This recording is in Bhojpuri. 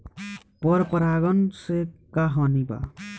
पर परागण से का हानि बा?